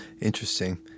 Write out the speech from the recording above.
Interesting